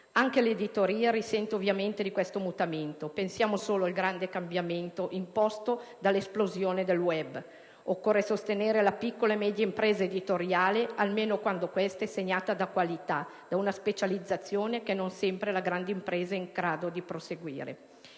Anche l'editoria risente di tale mutamento: pensiamo solo al grande cambiamento imposto dall'esplosione del *web*. Occorre sostenere la piccola e media impresa editoriale, almeno quando questa è segnata dalla qualità, da una specializzazione che non sempre la grande impresa è in grado di perseguire.